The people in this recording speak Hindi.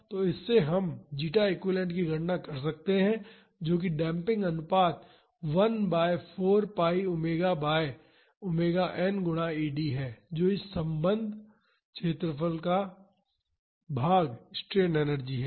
तो इससे हम जीटा एक्विवैलेन्ट की गणना कर सकते हैं जो कि डेम्पिंग अनुपात 1 by 4 pi omega by omega N गुणा E D है जो कि इस सम्बद्ध वक्र का क्षेत्रफल भाग स्ट्रेन एनर्जी है